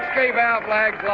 kind of our flag